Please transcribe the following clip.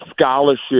scholarship